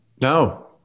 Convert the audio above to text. No